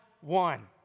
one